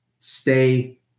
stay